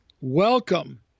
welcome